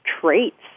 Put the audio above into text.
traits